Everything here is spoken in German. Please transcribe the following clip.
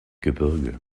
gebirge